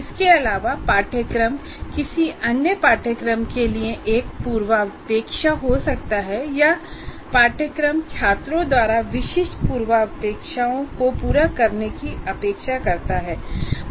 इसके अलावा पाठ्यक्रम किसी अन्य पाठ्यक्रम के लिए एक पूर्वापेक्षा हो सकता है या एक पाठ्यक्रम छात्रों द्वारा विशिष्ट पूर्वापेक्षाओं को पूरा करने की अपेक्षा करता है